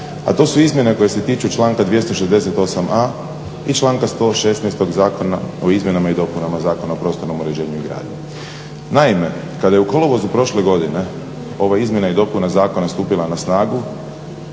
A to su izmjene koje se tiču članka 268.a i članka 116. Zakona o izmjenama i dopunama Zakona o prostornom uređenju i gradnji. Naime, kada je u kolovozu prošle godine ova izmjena i dopuna zakona nastupila na snagu